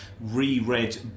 re-read